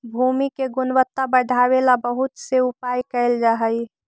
भूमि के गुणवत्ता बढ़ावे ला बहुत से उपाय कैल जा हई